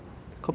is is